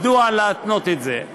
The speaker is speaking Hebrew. מדוע להתנות את זה?